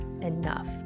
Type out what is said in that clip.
enough